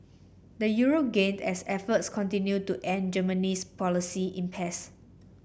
the euro gained as efforts continued to end Germany's policy impasse